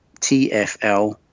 tfl